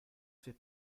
fait